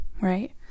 right